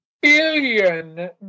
billion